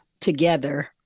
together